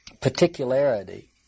particularity